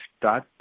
start